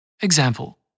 Example